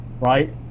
right